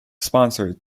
sponsored